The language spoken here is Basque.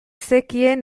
zekien